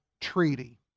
treaty